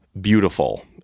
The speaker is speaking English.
beautiful